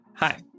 Hi